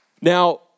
Now